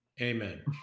Amen